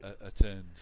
attend